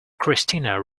christina